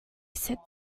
sit